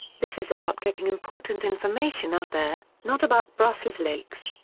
this is about getting important information out there, not about brusselsleaks.